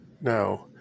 Now